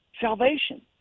salvation